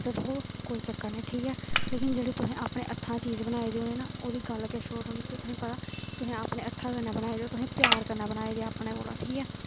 ते ओह् कोई चक्कर निं ठीक ऐ लेकिन जेह्ड़े तुसें अपने हत्थै चीज बनाई दी होनी ना होदी गल्ल किश होर होनी कि तुहें पता अपने हत्थै कन्नै बनाई दी होनी ओह् तुहें प्यार कन्नै बनाई दी होनी अपने कोला ठीक ऐ